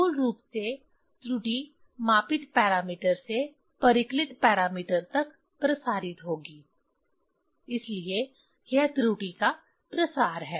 मूल रूप से त्रुटि मापित पैरामीटर से परिकलित पैरामीटर तक प्रसारित होगी इसलिए यह त्रुटि का प्रसार है